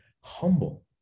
humble